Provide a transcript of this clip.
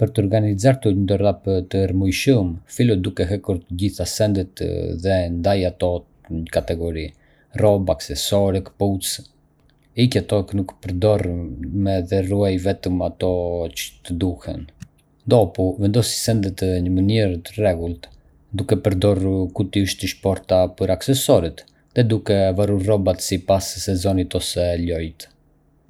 Për të organizuar një dollap të rrëmujshëm, fillo duke hequr të gjitha sendet dhe ndaji ato në kategori: rroba, aksesorë, këpucë. Hiq ato që nuk përdor më dhe ruaj vetëm ato që të duhen. Pastaj, vendosi sendet në mënyrë të rregullt, duke përdorur kuti ose shporta për aksesorët dhe duke varur rrobat sipas sezonit ose llojit.